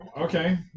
Okay